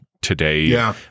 today